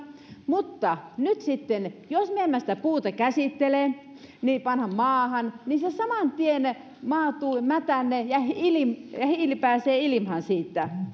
mutta sitten jos me emme sitä puuta käsittele vaan se pannaan maahan se saman tien maatuu ja mätänee ja hiili pääsee ilmaan siitä